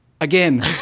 Again